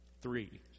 Three